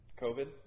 COVID